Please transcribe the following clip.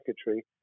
secretary